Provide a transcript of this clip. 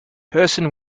person